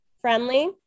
friendly